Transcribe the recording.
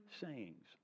sayings